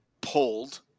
pulled